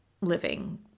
living